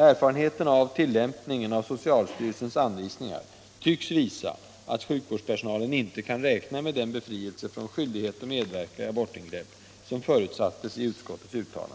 Erfarenheten av tillämpningen av socialstyrelsens anvisningar tycks visa att sjukvårdspersonalen inte kan räkna med den befrielse från skyldighet att medverka i abortingrepp som förutsattes i utskottets uttalande.